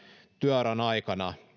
työuran aikana